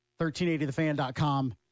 1380thefan.com